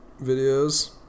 videos